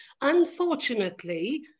Unfortunately